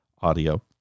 audio